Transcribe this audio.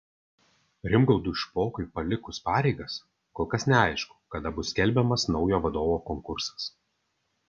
rimgaudui špokui palikus pareigas kol kas neaišku kada bus skelbiamas naujo vadovo konkursas